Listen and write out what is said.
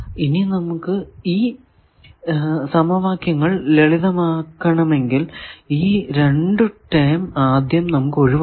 ഇനി നമുക്ക് ഈ സമവാക്യങ്ങൾ ലളിതമാക്കണമെങ്കിൽ ഈ രണ്ടു ടെം ആദ്യം നമുക്ക് ഒഴിവാക്കണം